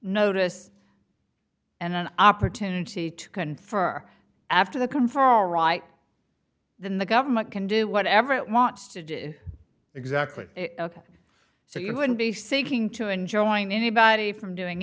notice and an opportunity to confer after the can for all right then the government can do whatever it wants to do exactly so you wouldn't be seeking to enjoin anybody from doing